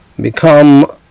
become